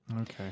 Okay